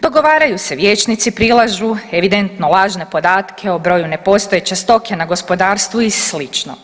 Dogovaraju se vijećnici, prilažu evidentno lažne podatke o broju nepostojeće stoke na gospodarstvu i slično.